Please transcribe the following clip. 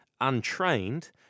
untrained